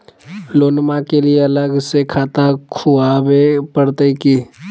लोनमा के लिए अलग से खाता खुवाबे प्रतय की?